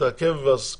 תעכב שבוע,